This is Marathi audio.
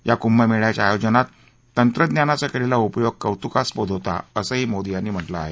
या कुंभमेळ्याच्या आयोजनात तंत्रज्ञानाचा केलेला उपयोग कौतुकास्पद होता असंही मोदी यांनी म्हटलं आहे